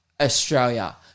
Australia